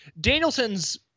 Danielson's